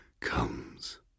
comes